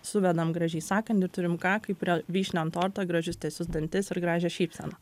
suvedam gražiai sakandį ir turim ką kaip re vyšnią ant torto gražius tiesius dantis ir gražią šypseną